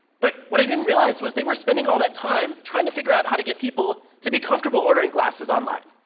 but what i didn't realize was they were spending all that time trying to figure out how to get people to be comfortable ordering glasses online.